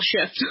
shift